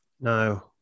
No